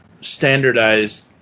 standardized